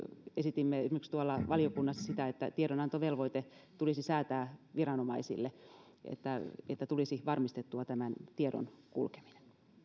esitimme esimerkiksi tuolla valiokunnassa sitä että tiedonantovelvoite tulisi säätää viranomaisille niin että tulisi varmistettua tämän tiedon kulkeminen